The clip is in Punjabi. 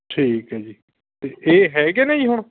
ਠੀਕ ਹੈ ਜੀ ਅਤੇ ਇਹ ਹੈਗੇ ਨੇ ਜੀ ਹੁਣ